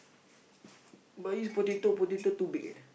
but this potato potato too big eh